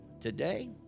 Today